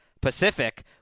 Pacific